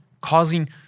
causing